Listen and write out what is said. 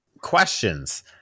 Questions